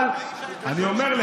אבל אני אומר,